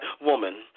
woman